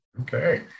Okay